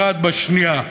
אחת בשנייה.